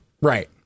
Right